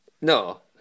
No